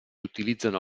utilizzano